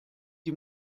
die